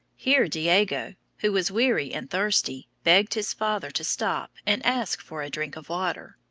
here diego, who was weary and thirsty, begged his father to stop and ask for a drink of water.